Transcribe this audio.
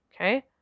okay